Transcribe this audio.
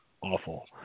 awful